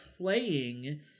playing